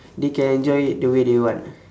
they can enjoy it the way they want